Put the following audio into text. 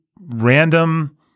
random